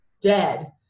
dead